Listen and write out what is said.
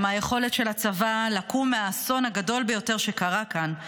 הן היכולת של הצבא לקום מהאסון הגדול ביותר שקרה כאן,